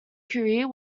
career